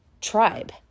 tribe